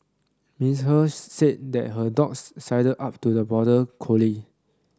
Miss He said that her dog sidled up to the border collie